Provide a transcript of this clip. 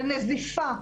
לנזיפה.